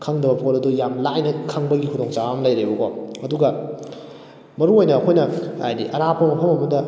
ꯈꯪꯗꯕ ꯄꯣꯠ ꯑꯗꯨ ꯌꯥꯝ ꯂꯥꯏꯅ ꯈꯪꯕꯒꯤ ꯈꯨꯗꯣꯡ ꯆꯥꯕ ꯑꯃ ꯂꯩꯔꯦꯕꯀꯣ ꯑꯗꯨꯒ ꯃꯔꯨ ꯑꯣꯏꯅ ꯑꯩꯈꯣꯏꯅ ꯍꯥꯏꯗꯤ ꯑꯔꯥꯞꯄ ꯃꯐꯝ ꯑꯃꯗ